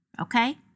Okay